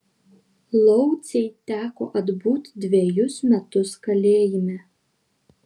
laucei teko atbūt dvejus metus kalėjime